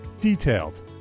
Detailed